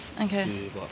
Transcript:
Okay